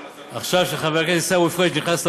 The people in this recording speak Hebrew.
עכשיו כשחבר הכנסת עיסאווי פריג' נכנס לאולם,